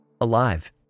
alive